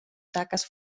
taques